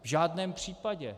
V žádném případě.